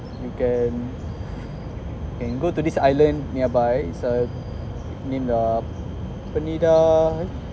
you can you can go to this island nearby it's uh I mean uh pernida